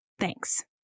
Thanks